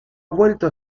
vuelto